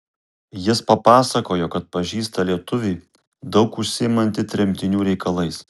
jis papasakojo kad pažįsta lietuvį daug užsiimantį tremtinių reikalais